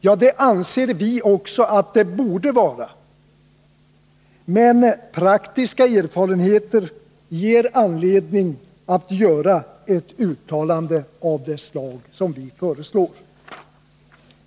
Ja, det anser vi också att riktlinjerna borde vara, men enligt vår uppfattning ger praktiska erfarenheter anledning till ett uttalande av det slag vi föreslår.